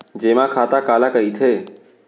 जेमा खाता काला कहिथे?